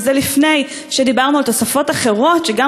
וזה לפני שדיברנו על תוספות אחרות שגם